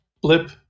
blip